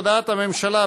הודעת הממשלה,